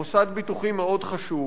מוסד ביטוחי מאוד חשוב,